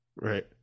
Right